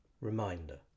Reminder